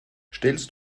stellst